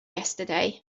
yesterday